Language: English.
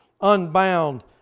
unbound